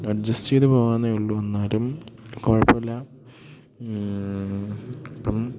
adjust ചെയ്ത് പോകാവെന്നെ ഉള്ളൂ എന്നാലും കുഴപ്പമില്ല ഇപ്പം